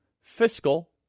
fiscal